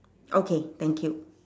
okay thank you